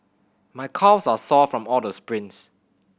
my calves are sore from all the sprints